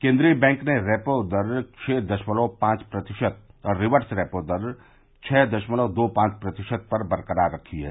केन्द्रीय बैंक ने रेपो दर छह दशमलव पांच प्रतिशत और रिवर्स रेपो दर छह दशमलव दो पांच प्रतिशत पर बरकरार रखी है